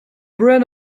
brain